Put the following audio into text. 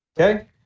Okay